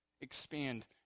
expand